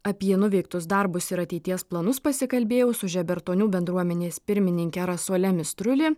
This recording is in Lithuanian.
apie nuveiktus darbus ir ateities planus pasikalbėjau su žebertonių bendruomenės pirmininke rasuole mistruli